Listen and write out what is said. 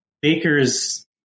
baker's